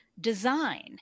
design